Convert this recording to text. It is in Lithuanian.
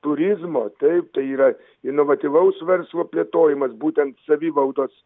turizmo taip tai yra inovatyvaus verslo plėtojimas būtent savivaldos